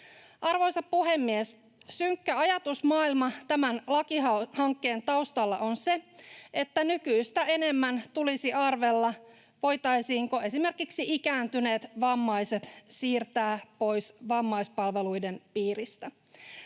Arvoisa puhemies! Synkkä ajatusmaailma tämän lakihankkeen taustalla on se, että nykyistä enemmän tulisi arvella, voitaisiinko esimerkiksi ikääntyneet vammaiset siirtää pois vammaispalveluiden piiristä.